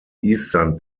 eastern